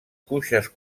cuixes